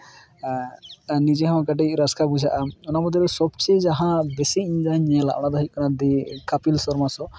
ᱱᱤᱡᱮ ᱦᱚᱸ ᱠᱟᱹᱴᱤᱡ ᱨᱟᱹᱥᱠᱟᱹ ᱵᱩᱡᱷᱟᱹᱜᱼᱟ ᱚᱱᱟ ᱵᱚᱫᱚᱞ ᱥᱚᱵ ᱪᱮᱭᱮ ᱡᱟᱦᱟᱸ ᱵᱮᱥᱤ ᱤᱧ ᱧᱮᱞᱟ ᱚᱱᱟ ᱫᱚ ᱦᱩᱭᱩᱜ ᱠᱟᱱᱟ ᱫᱤ ᱠᱟᱯᱤᱞ ᱥᱟᱨᱢᱟ ᱥᱳ